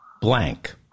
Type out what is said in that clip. blank